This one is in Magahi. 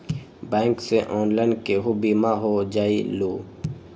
बैंक से ऑनलाइन केहु बिमा हो जाईलु?